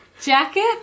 jacket